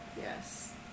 Yes